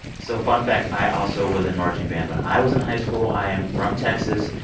so fun fact i also was in marching band when i was in high school. i am from texas,